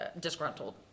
disgruntled